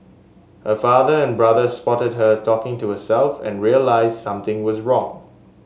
her father and brother spotted her talking to herself and realised something was wrong